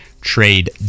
trade